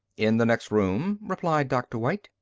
in the next room, replied dr. white.